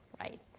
right